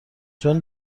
چون